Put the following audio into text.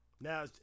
Now